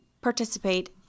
participate